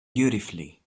beautifully